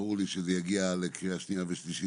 ברור לי שזה יגיע לקריאה שנייה ושלישית.